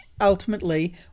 ultimately